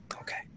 Okay